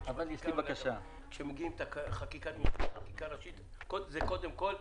כשמגיעה חקיקה ראשית זה קודם כל.